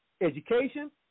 Education